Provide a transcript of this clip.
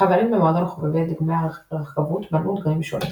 החברים במועדון חובבי דגמי הרכבות בנו דגמים שונים.